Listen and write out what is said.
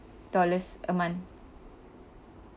dollars a month